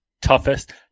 toughest